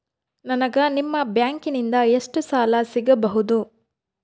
ನನಗ ನಿಮ್ಮ ಬ್ಯಾಂಕಿನಿಂದ ಎಷ್ಟು ಸಾಲ ಸಿಗಬಹುದು?